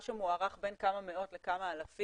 מספר שמוערך בין כמה מאות לכמה אלפים,